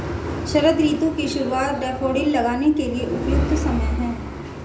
शरद ऋतु की शुरुआत डैफोडिल लगाने के लिए उपयुक्त समय है